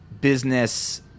business